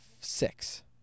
six